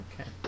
Okay